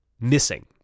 missing